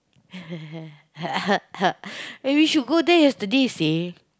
eh we should go there yesterday seh